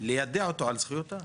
ליידע אותו על זכויותיו.